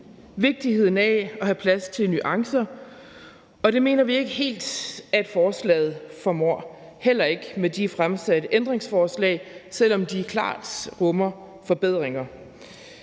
vigtigheden af at have plads til nuancer, og det mener vi ikke helt at forslaget formår, heller ikke med de stillede ændringsforslag, selv om de klart rummer forbedringer.